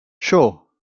sure